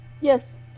Yes